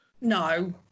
No